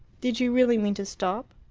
did you really mean to stop?